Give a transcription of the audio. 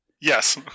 Yes